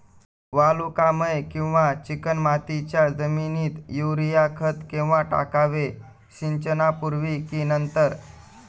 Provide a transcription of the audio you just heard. वालुकामय किंवा चिकणमातीच्या जमिनीत युरिया खत केव्हा टाकावे, सिंचनापूर्वी की नंतर?